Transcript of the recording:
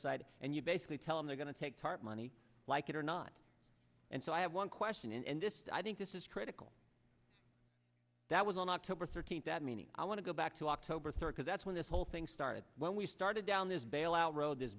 side and you basically tell them they're going to take part money like it or not and so i have one question and this i think this is critical that was on october thirteenth that meaning i want to go back to october third because that's when this whole thing started when we started down this bailout ro